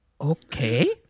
okay